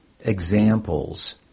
examples